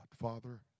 Father